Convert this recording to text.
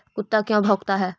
कुत्ता क्यों भौंकता है?